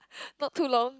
not too long